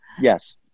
Yes